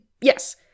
yes